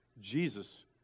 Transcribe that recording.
Jesus